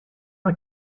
una